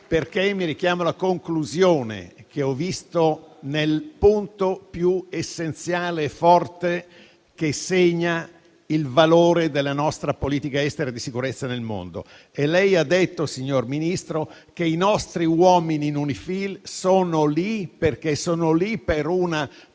perché mi richiamo alla conclusione che ho visto nel punto più essenziale e forte, che segna il valore della nostra politica estera e di sicurezza nel mondo. Lei ha detto, signor Ministro, che i nostri uomini in UNIFIL sono lì per una